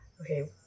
okay